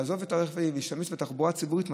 לעזוב את הרכב הפרטי ולהשתמש בתחבורה הציבורית.